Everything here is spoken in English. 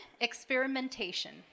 experimentation